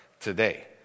today